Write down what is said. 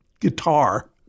guitar